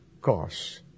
costs